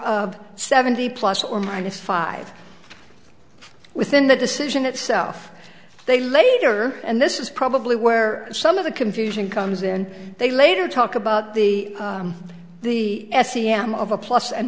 of seventy plus or minus five within the decision itself they later and this is probably where some of the confusion comes in they later talk about the the s c m of a plus and